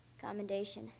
commendation